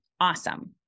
awesome